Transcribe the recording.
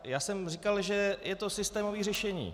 Já jsem říkal, že je to systémové řešení.